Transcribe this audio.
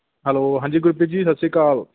hello ਹਾਂਜੀ ਗੁਰਪ੍ਰੀਤ ਜੀ ਸਤਿ ਸ਼੍ਰੀ ਅਕਾਲ